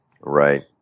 Right